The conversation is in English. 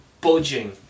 budging